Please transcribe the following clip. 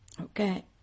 Okay